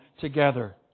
together